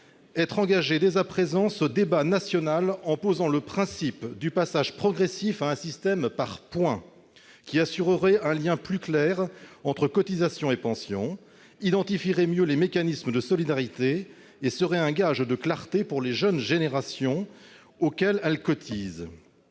être engagé dès à présent ce débat national en posant le principe du passage progressif à un système par points [...], qui assurerait un lien plus clair entre cotisations et pensions, identifierait mieux les mécanismes de solidarité et serait un gage de clarté pour les jeunes générations, persuadées aujourd'hui